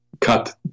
cut